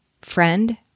friend